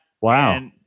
Wow